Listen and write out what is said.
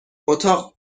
اتاق